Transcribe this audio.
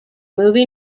movie